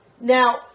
Now